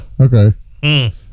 Okay